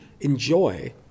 enjoy